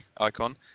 icon